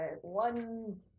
one